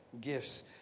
gifts